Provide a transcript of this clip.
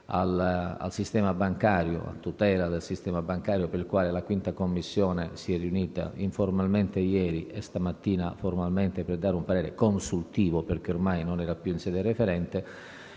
attinente alla tutela del sistema bancario, per il quale la 5a Commissione si è riunita, informalmente ieri, e stamattina formalmente, per dare un parere consultivo, dato che ormai non era più in sede referente.